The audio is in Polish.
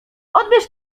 odbierz